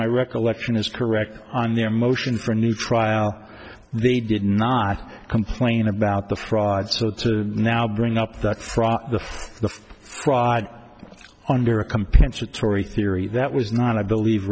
my recollection is correct on their motion for new trial they did not complain about the fraud so to now bring up the fraud on her compensatory theory that was not i believe